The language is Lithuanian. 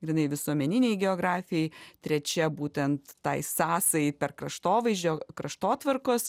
grynai visuomeninei geografijai trečia būtent tai sąsaja per kraštovaizdžio kraštotvarkos